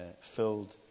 filled